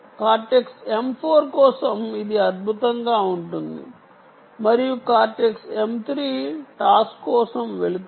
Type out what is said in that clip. cortex M 4 కోసం ఇది అద్భుతంగా ఉంటుంది మరియు కార్టెక్స్ M 3 టాస్ కోసం వెళుతుంది